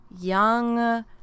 young